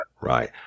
Right